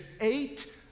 eight